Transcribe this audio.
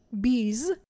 bees